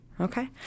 Okay